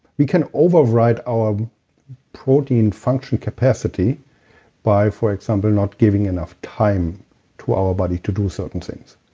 we can override our protein function capacity by, for example, not giving enough time to our body to do certain things,